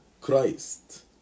Christ